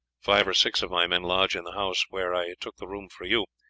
five or six of my men lodge in the house where i took the room for you.